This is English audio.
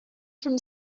from